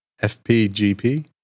FPGP